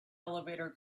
elevator